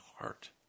heart